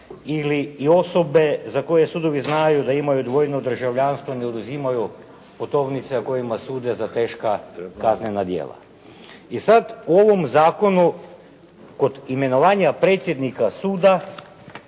ili osobe za koje sudovi znaju da imaju dvojno državljanstvo ne oduzimaju putovnice, a kojima sude za teška kaznena djela. I sad u ovom zakonu kod imenovanja predsjednika suda